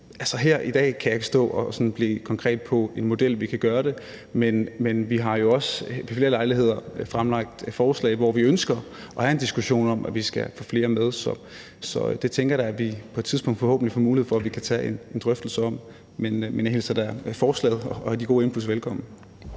her i dag kan jeg ikke stå og blive konkret på en model for, hvordan vi kan gøre det, men vi har jo også ved flere lejligheder fremlagt forslag om, at vi ønsker at have en diskussion om, at vi skal få flere med. Så det tænker jeg da vi på et tidspunkt forhåbentlig får mulighed for at vi kan tage en drøftelse om. Men jeg hilser da forslaget og de gode input velkommen.